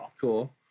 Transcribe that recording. cool